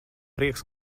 prieks